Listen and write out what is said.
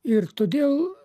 ir todėl